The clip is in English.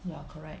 ya correct